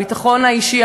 הביטחון האישי,